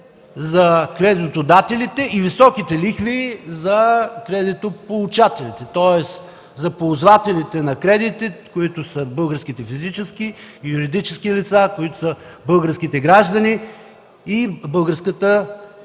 за кредитодателите, и високите лихви за кредитополучателите, тоест за ползвателите на кредити, каквито са българските физически и юридически лица, каквито са българските граждани и българския